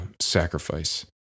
sacrifice